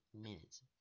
minutes